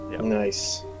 Nice